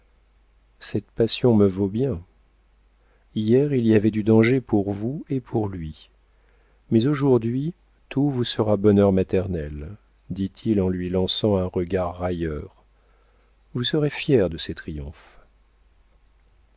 cette passion me vaut bien hier il y avait du danger pour vous et pour lui mais aujourd'hui tout vous sera bonheur maternel dit-il en lui lançant un regard railleur vous serez fière de ses triomphes